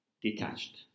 detached